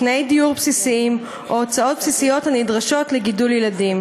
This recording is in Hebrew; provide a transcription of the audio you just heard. תנאי דיור בסיסיים או הוצאות בסיסיות הנדרשות לגידול ילדים.